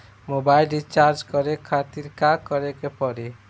Mobile recharge करे खातिर का करे के पड़ी?